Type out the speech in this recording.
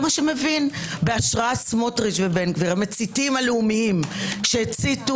בהשראת סמוטריץ ובן גביר המציתים הלאומיים שהציתו